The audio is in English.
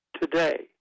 today